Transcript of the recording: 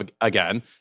again